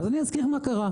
אני אזכיר לך מה קרה.